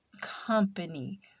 company